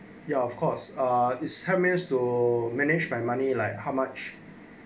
ya of course ah is to manage my money like how much